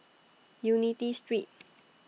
Unity Street